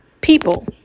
People